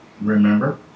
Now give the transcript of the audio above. remember